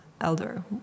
elder